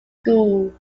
school